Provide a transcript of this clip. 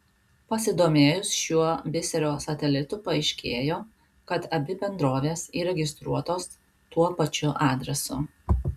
pasidomėjus šiuo biserio satelitu paaiškėjo kad abi bendrovės įregistruotos tuo pačiu adresu